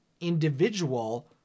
individual